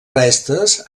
restes